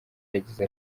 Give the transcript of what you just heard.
yagize